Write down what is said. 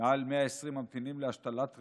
ומעל 120 ממתינים להשתלת ריאות.